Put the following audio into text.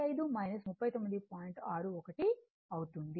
61 అవుతుంది